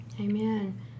Amen